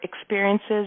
experiences